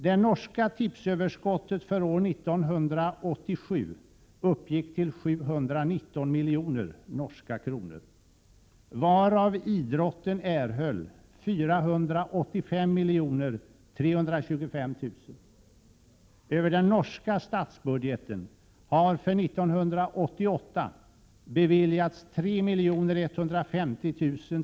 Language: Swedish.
Det norska tipsöverskottet för år 1987 uppgick till 719 milj. nkr., varav idrotten erhöll 485 325 000 nkr. Över den norska statsbudgeten har för 1988 beviljats 3 150 000 nkr.